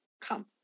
come